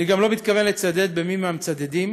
אני גם לא מתכוון לצדד במי מהצדדים,